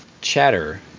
chatter